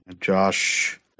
Josh